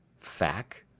fack?